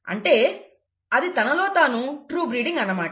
అంటే అది తనలో తాను ట్రూ బ్రీడింగ్ అన్నమాట